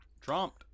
Trumped